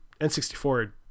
n64